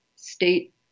State